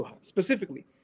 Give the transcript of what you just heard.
specifically